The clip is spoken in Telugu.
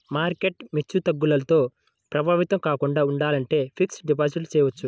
మార్కెట్ హెచ్చుతగ్గులతో ప్రభావితం కాకుండా ఉండాలంటే ఫిక్స్డ్ డిపాజిట్ చెయ్యొచ్చు